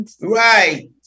Right